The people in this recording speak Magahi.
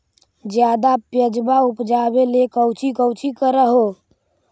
ज्यादा प्यजबा उपजाबे ले कौची कौची कर हो?